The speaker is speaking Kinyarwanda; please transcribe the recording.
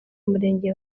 murenge